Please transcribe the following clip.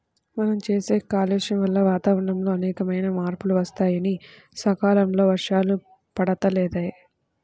మనం చేసే కాలుష్యం వల్ల వాతావరణంలో అనేకమైన మార్పులు వత్తన్నాయి, సకాలంలో వర్షాలు పడతల్లేదు